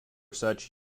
such